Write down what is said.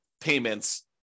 payments